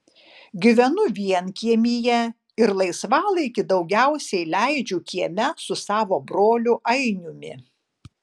gyvenu vienkiemyje ir laisvalaikį daugiausiai leidžiu kieme su savo broliu ainiumi